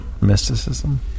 mysticism